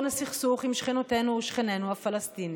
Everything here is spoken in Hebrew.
סכסוך עם שכנותינו ושכנינו הפלסטינים.